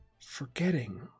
forgetting